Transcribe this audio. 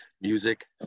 music